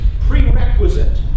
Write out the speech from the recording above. prerequisite